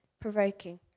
provoking